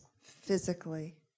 physically